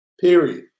period